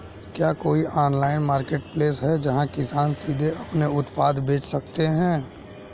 क्या कोई online marketplace है जहां किसान सीधे अपने उत्पाद बेच सकते हैं?